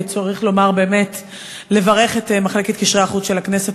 צריך לברך את מחלקת קשרי החוץ של הכנסת,